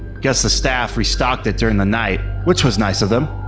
guess the staff restocked it during the night, which was nice of them.